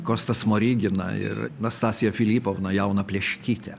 kostą smoriginą ir nastaziją filipovną jauną pleškytę